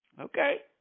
Okay